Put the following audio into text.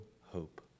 hope